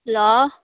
hello